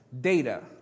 data